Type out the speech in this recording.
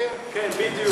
סקרים אתם עובדים.